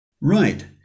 Right